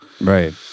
Right